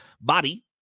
body